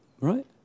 right